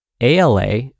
ALA